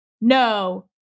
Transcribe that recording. no